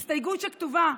ההסתייגות כתובה.